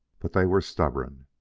but they were stubborn.